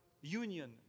union